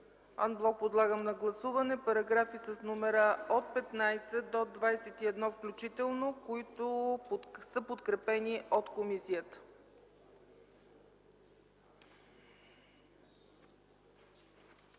Ан блок подлагам на гласуване параграфи с номера от 15 до 21 включително, които са подкрепени от комисията.